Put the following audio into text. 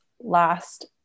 last